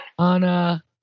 Anna